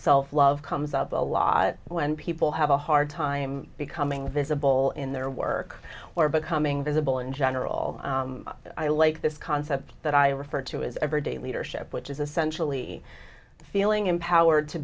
self love comes up a lot when people have a hard time becoming visible in their work or becoming visible in general i like this concept that i refer to as everyday leadership which is essentially feeling empowered to